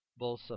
Bolsa